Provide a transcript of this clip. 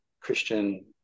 Christian